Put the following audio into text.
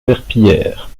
verpillière